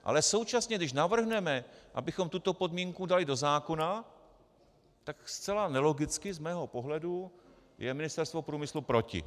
Ale současně, když navrhneme, abychom tuto podmínku dali do zákona, tak zcela nelogicky z mého pohledu je Ministerstvo průmyslu proti.